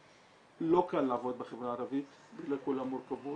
לא קל לעבוד בחברה הערבית בגלל כל המורכבות.